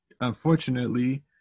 unfortunately